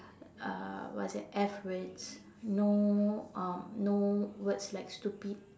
uh what's that F words no um no words like stupid